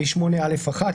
מ-8(א)(1),